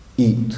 Eat